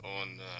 on